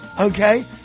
Okay